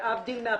להבדיל מהפרטי.